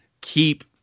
keep